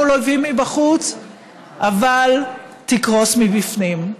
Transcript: מול אויבים מבחוץ אבל תקרוס מבפנים.